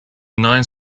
nine